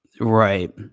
Right